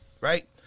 right